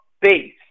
base